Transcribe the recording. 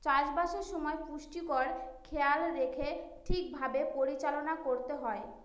চাষবাসের সময় পুষ্টির খেয়াল রেখে ঠিক ভাবে পরিচালনা করতে হয়